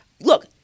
Look